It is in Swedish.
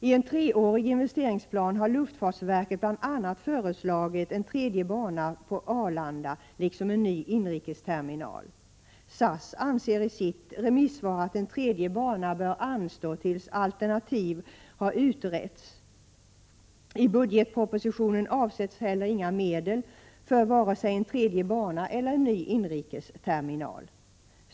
I en treårig investeringplan har luftfartsverket bl.a. föreslagit att en tredje bana skall byggas på Arlanda liksom en ny inrikesterminal. SAS anser i sitt remissvar att en tredje bana bör anstå i avvaktan på en utredning som skall visa alternativa åtgärder. I budgetpropositionen avsätts heller inga medel för vare sig en tredje bana eller en ny inrikesterminal.